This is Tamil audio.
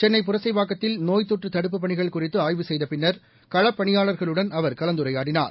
சென்ளை புரவாக்கத்தில் நோய் தொற்று தடுப்புப் பணிகள் குறித்து ஆய்வு செய்தபின்னர் களப்பணியாளர்களுடன் அவர் கலந்தரரையாடினார்